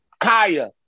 Kaya